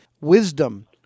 wisdom